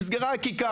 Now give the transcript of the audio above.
נסגרה הכיכר,